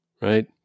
right